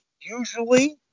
usually